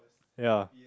yeah